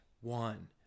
one